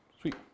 Sweet